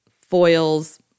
Foils